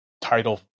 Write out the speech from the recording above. title